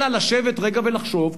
אלא לשבת רגע ולחשוב,